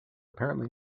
apparently